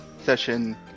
session